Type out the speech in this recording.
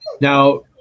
Now